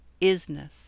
isness